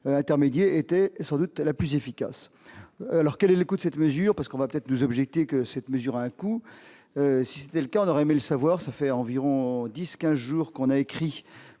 intermédiaire était sans doute la plus efficace, alors quel est le coût de cette mesure parce qu'on va peut-être nous objecter que cette mesure a un coût, si c'était le cas, on aurait aimé savoir ça fait environ 10 15 jours qu'on a écrit